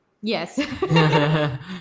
Yes